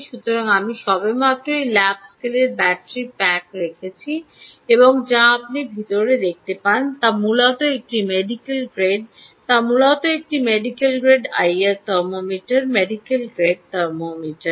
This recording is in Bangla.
সুতরাং আমি সবেমাত্র একটি ল্যাব স্কেলের ব্যাটারি প্যাক রেখেছি এবং যা আপনি ভিতরে দেখতে পান তা মূলত একটি মেডিকেল গ্রেড যা মূলত একটি medical grade IR thermometer medical grade thermometer